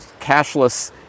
cashless